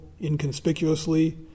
inconspicuously